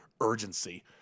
urgency